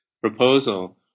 proposal